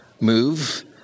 move